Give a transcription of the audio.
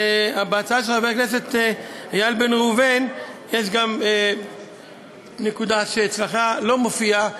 בהצעה של חבר הכנסת איל בן ראובן יש גם נקודה שאצלך לא מופיעה,